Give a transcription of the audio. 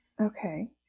Okay